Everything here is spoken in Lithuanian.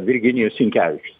virginijus sinkevičius